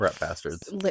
bastards